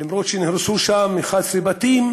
למרות שנהרסו שם 11 בתים